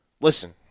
Listen